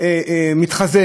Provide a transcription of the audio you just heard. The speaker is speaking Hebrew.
אז אפשר לעקוב אחרי אנשים,